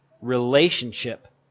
relationship